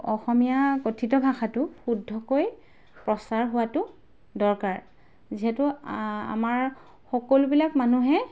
অসমীয়া কথিত ভাষাটো শুদ্ধকৈ প্ৰচাৰ হোৱাটো দৰকাৰ যিহেতু আমাৰ সকলোবিলাক মানুহে